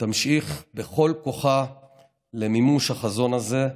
תמשיך בכל כוחה למימוש החזון הזה,